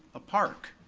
a park.